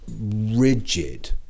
rigid